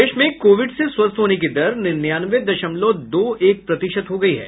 प्रदेश में कोविड से स्वस्थ होने की दर निन्यानवे दशमलव दो एक प्रतिशत हो गयी है